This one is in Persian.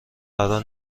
قرار